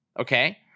Okay